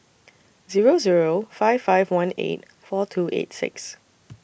Zero Zero five five one eight four two eight six